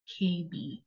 KB